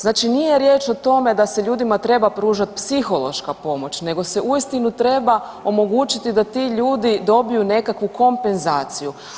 Znači nije riječ o tome da se ljudima treba pružati psihološka pomoć nego se uistinu omogućiti da ti ljudi dobiju nekakvu kompenzaciju.